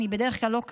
אני בדרך כלל לא כזה,